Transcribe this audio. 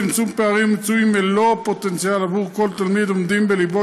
צמצום פערים ומיצוי מלוא הפוטנציאל עבור כל תלמיד עומדים בליבו